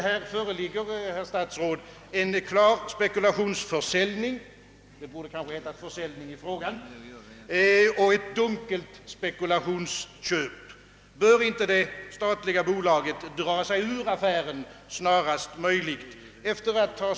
Här föreligger, herr statsråd, en klar spekulationsförsäljning — det borde kanske ha stått »försäljning» i den enkla frågan — och ett dunkelt spekulationsköp. Bör inte det statliga bolaget dra sig ur affären snarast möjligt?